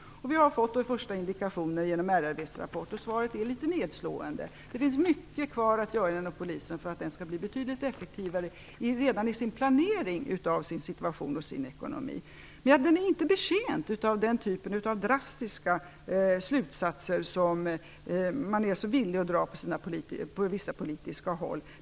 Vi har fått de första indikationerna genom RRV:s rapport, och svaret är litet nedslående. Det finns mycket kvar att göra inom Polisen för att den skall bli betydligt effektivare redan i sin planering av situationen och ekonomin. Men Polisen är inte betjänt av den typen av drastiska slutsatser som man är så villig att dra på vissa politiska håll.